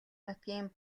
нутгийн